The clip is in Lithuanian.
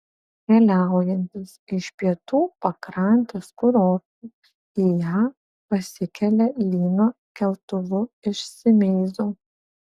keliaujantys iš pietų pakrantės kurortų į ją pasikelia lyno keltuvu iš simeizo